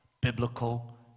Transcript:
biblical